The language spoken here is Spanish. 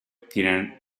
tienen